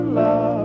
love